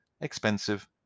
expensive